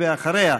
ואחריה,